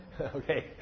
Okay